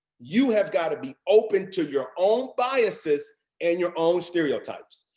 you have got to be open to your own biases and your own stereotypes,